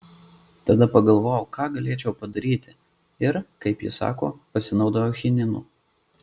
tada pagalvojau ką galėčiau padaryti ir kaip ji sako pasinaudojau chininu